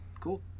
cool